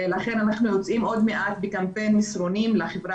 לכן אנחנו יוצאים עוד מעט בקמפיין מסרונים לחברה